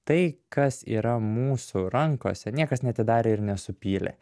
tai kas yra mūsų rankose niekas neatidarė ir nesupylė